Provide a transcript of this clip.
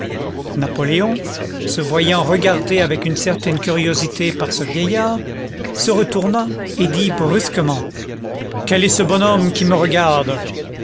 certaine curiosité par ce vieillard se retourna et dit brusquement quel est ce bonhomme qui me regarde